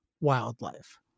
wildlife